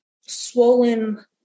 swollen